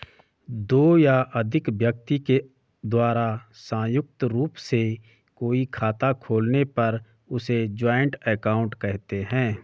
दो या अधिक व्यक्ति के द्वारा संयुक्त रूप से कोई खाता खोलने पर उसे जॉइंट अकाउंट कहते हैं